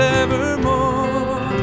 evermore